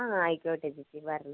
അ ആയിക്കോട്ടെ ചേച്ചി വരണം